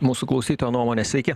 mūsų klausytojo nuomonę sveiki